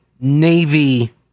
Navy